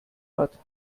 hat